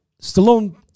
Stallone